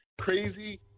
crazy